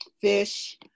fish